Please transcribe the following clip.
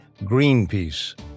Greenpeace